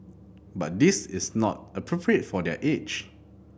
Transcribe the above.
but this is not appropriate for their age